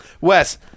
Wes